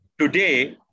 today